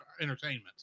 entertainment